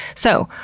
so,